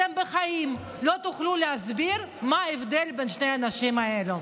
אתם בחיים לא תוכלו להסביר מה ההבדל בין שני האנשים האלה.